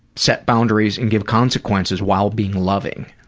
set boundaries and give consequences while being loving.